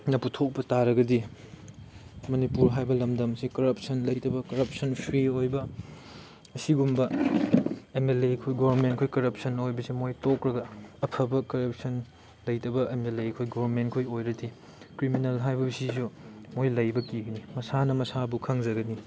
ꯅ ꯄꯨꯊꯣꯛꯄ ꯇꯥꯔꯒꯗꯤ ꯃꯅꯤꯄꯨꯔ ꯍꯥꯏꯕ ꯂꯝꯗꯝꯁꯦ ꯀꯔꯞꯁꯟ ꯂꯩꯇꯕ ꯀꯔꯞꯁꯟ ꯐ꯭ꯔꯤ ꯑꯣꯏꯕ ꯑꯁꯤꯒꯨꯝꯕ ꯑꯦꯝ ꯑꯦꯜ ꯑꯦꯈꯣꯏ ꯒꯣꯕꯔꯟꯃꯦꯟꯈꯣꯏ ꯀꯔꯞꯁꯟ ꯑꯣꯏꯕꯁꯦ ꯃꯣꯏ ꯇꯣꯛꯂꯒ ꯑꯐꯕ ꯀꯔꯞꯁꯟ ꯂꯩꯇꯕ ꯑꯦꯝ ꯑꯦꯜ ꯑꯦꯈꯣꯏ ꯒꯣꯕꯔꯟꯃꯦꯟꯈꯣꯏ ꯑꯣꯏꯔꯗꯤ ꯀ꯭ꯔꯤꯃꯤꯅꯦꯜ ꯍꯥꯏꯕꯁꯤꯁꯨ ꯃꯣꯏ ꯂꯩꯕ ꯀꯤꯒꯅꯤ ꯃꯁꯥꯅ ꯃꯁꯥꯕꯨ ꯈꯪꯖꯒꯅꯤ